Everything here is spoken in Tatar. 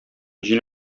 җил